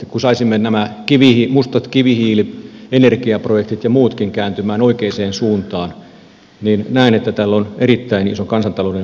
kun saisimme nämä mustat kivihiilienergiaprojektit ja muutkin kääntymään oikeaan suuntaan niin näen että tällä on erittäin iso kansantaloudellinen merkitys